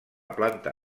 planta